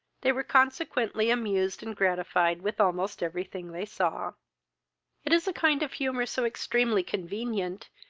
they were consequently amused and gratified with almost every thing they saw it is a kind of humour so extremely convenient,